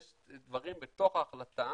יש דברים בתוך ההחלטה